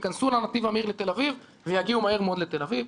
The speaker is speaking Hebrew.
יכנס לנתיב המהיר לתל אביב ויגיע מהר מאוד לתל אביב.